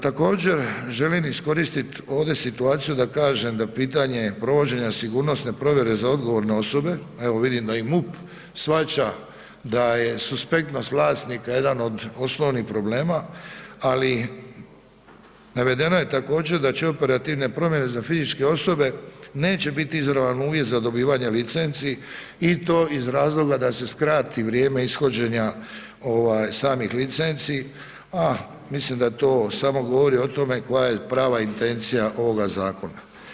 Također želim iskoristiti ovdje situaciju da kažem da pitanje provođenja sigurnosne provjere za odgovorne osobe, evo vidim da i MUP shvaća da je suspektnost vlasnika jedan od osnovnih problema, ali navedeno je također da će operativne promjene za fizičke osobe neće biti izravan uvjet za dobivanje licenci i to iz razloga da se skrati vrijeme ishođenja samih licenci, a mislim da to samo govori o tome koja je prava intencija ovoga zakona.